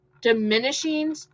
diminishing